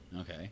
Okay